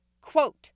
quote